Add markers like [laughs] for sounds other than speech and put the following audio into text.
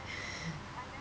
[laughs]